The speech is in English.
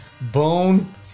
Bone